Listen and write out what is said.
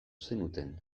zenuten